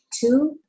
Two